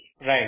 Right